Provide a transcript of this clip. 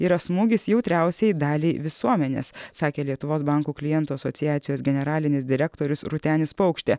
yra smūgis jautriausiai daliai visuomenės sakė lietuvos bankų klientų asociacijos generalinis direktorius rūtenis paukštė